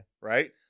right